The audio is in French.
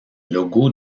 logo